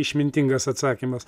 išmintingas atsakymas